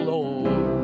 Lord